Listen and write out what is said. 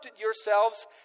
yourselves